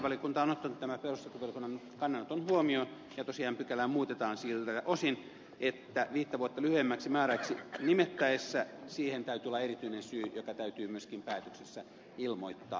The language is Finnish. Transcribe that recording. tyytyväisyydellä totean että lakivaliokunta on ottanut tämän perustuslakivaliokunnan kannanoton huomioon ja tosiaan pykälää muutetaan siltä osin että viittä vuotta lyhyemmäksi määräajaksi nimettäessä siihen täytyy olla erityinen syy joka täytyy myöskin päätöksessä ilmoittaa